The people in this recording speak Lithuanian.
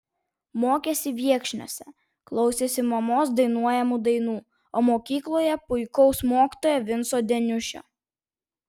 mokėsi viekšniuose klausėsi mamos dainuojamų dainų o mokykloje puikaus mokytojo vinco deniušio